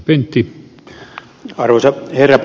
arvoisa herra puhemies